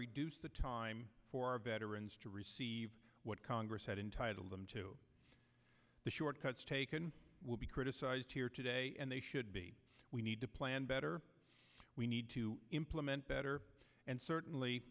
reduce the time for veterans to receive what congress had entitle them to the shortcuts taken will be criticized here today and they should be we need to plan better we need to implement better and certainly